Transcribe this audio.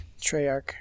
Treyarch